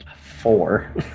Four